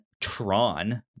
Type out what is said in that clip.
Tron